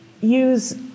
use